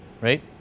right